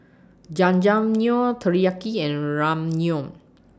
Jajangmyeon Teriyaki and Ramyeon